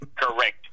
Correct